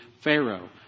Pharaoh